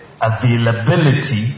availability